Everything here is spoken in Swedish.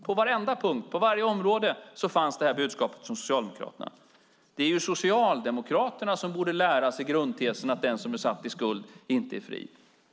På varenda punkt, på varje område fanns det här budskapet hos Socialdemokraterna. Det är ju Socialdemokraterna som borde lära sig grundtesen att den som är satt i skuld inte är fri.